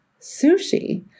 sushi